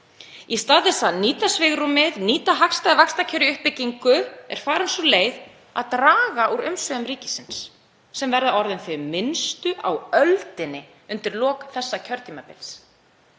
Í stað þess að nýta svigrúmið, nýta hagstæð vaxtakjör í uppbyggingu er farin sú leið að draga úr umsvifum ríkisins sem verða orðin þau minnstu á öldinni undir lok þessa kjörtímabils.